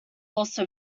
also